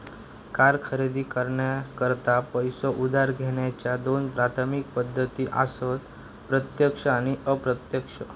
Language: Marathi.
कार खरेदी करण्याकरता पैसो उधार घेण्याच्या दोन प्राथमिक पद्धती असत प्रत्यक्ष आणि अप्रत्यक्ष